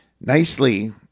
nicely